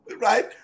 Right